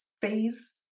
phase